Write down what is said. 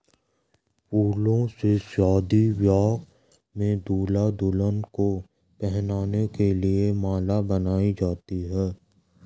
फूलों से शादी ब्याह में दूल्हा दुल्हन को पहनाने के लिए माला बनाई जाती है